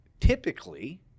typically